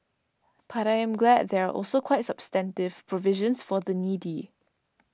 but I am glad there are also quite substantive provisions for the needy